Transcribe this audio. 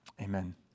Amen